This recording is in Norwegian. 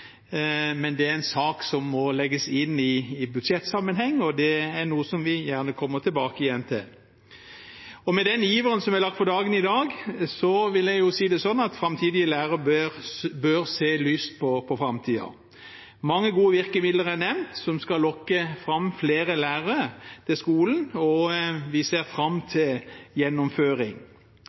men det er en sak som må legges inn i budsjettsammenheng, og det er noe som vi gjerne kommer tilbake til. Med den iveren som er lagt for dagen i dag, vil jeg si at framtidige lærere bør se lyst på framtiden. Mange gode virkemidler er nevnt som skal lokke fram flere lærere til skolen, og vi ser fram til